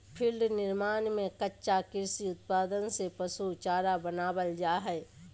feed निर्माण में कच्चा कृषि उत्पाद से पशु चारा बनावल जा हइ